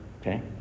okay